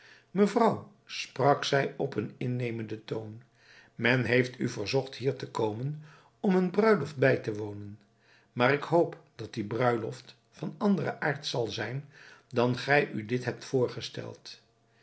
mevrouw sprak zij op een innemenden toon men heeft u verzocht hier te komen om eene bruiloft bij te wonen maar ik hoop dat die bruiloft van anderen aard zal zijn dan gij u dit hebt voorgesteld